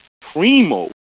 Primo